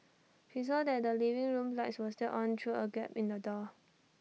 she saw that the living room lights were still on through A gap in the door